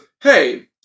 Hey